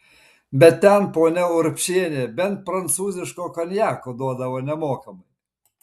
bet ten ponia urbšienė bent prancūziško konjako duodavo nemokamai